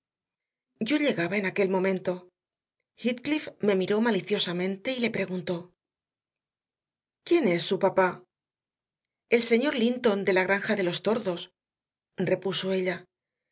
yo llegaba en aquel momento heathcliff me miró maliciosamente y le preguntó quién es su papá el señor linton de la granja de los tordos repuso ella